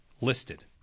listed